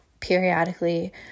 periodically